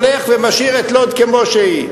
הולך ומשאיר את לוד כמו שהיא.